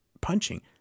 punching